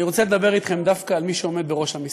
אני רוצה לדבר אתכם דווקא על מי שעומד בראש המשרד.